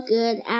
good